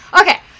okay